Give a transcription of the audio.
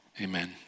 Amen